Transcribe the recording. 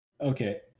Okay